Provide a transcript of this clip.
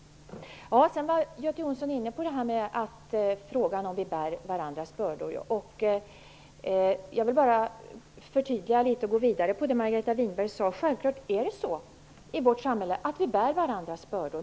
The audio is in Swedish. Göte Jonsson var vidare inne på frågan om vi bär varandras bördor. Jag vill bara förtydliga och utveckla det som Margareta Winberg sade. Självklart bär vi i vårt samhälle varandras bördor.